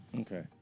Okay